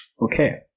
Okay